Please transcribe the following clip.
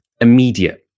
immediate